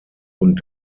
und